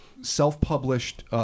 self-published